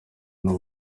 n’u